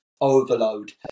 overload